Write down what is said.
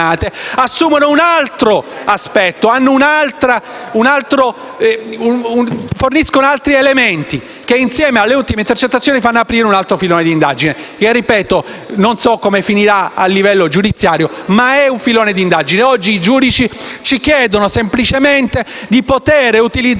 assumono un altro aspetto, in quanto forniscono elementi che, insieme alle ultime intercettazioni, fanno aprire un altro filone di indagine. Ripeto, non so come finirà a livello giudiziario, ma si tratta di un nuovo filone di indagine. Oggi i giudici ci chiedono semplicemente di poter utilizzare